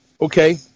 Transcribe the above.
okay